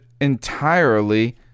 entirely